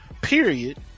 period